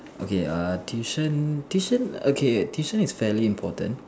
okay err tuition tuition okay tuition is fairly important